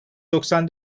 doksan